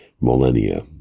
millennia